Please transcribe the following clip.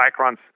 microns